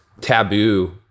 taboo